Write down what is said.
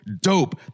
dope